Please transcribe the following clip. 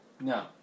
No